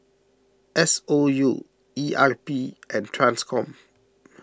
S O U E R P and Transcom